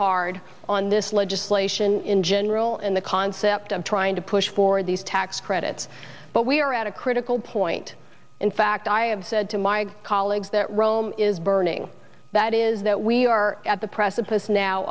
hard on this legislation in general and the concept of trying to push for these tax credits but we are at a critical point in fact i have said to my colleagues that rome is burning that is that we are at the